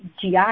GI